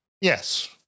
Yes